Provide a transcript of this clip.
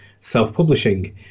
self-publishing